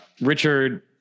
Richard